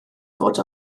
fod